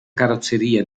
carrozzeria